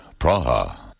Praha